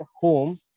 home